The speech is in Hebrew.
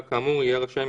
ההסתייגות נדחתה.